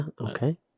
Okay